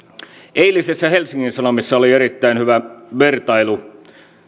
eilisessä helsingin sanomissa oli erittäin hyvä vertailu